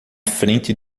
frente